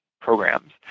programs